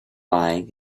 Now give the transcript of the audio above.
lying